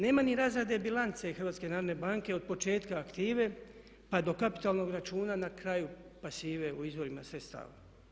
Nema ni razrade bilance HNB-a od početka aktive pa do kapitalnog računa na kraju pasive u izvorima sredstava.